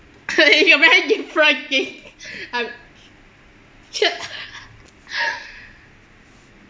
it's a very different thing I'm